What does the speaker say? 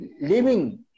living